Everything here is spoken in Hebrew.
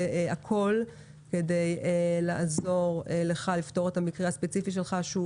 הכול כדי לעזור לך לפתור את המקרה הספציפי שלך שהוא